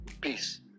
peace